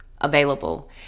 available